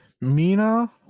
mina